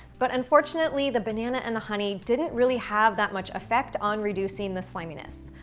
but unfortunately, the banana and the honey didn't really have that much effect on reducing the sliminess.